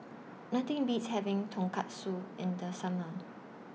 Nothing Beats having Tonkatsu in The Summer